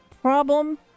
problem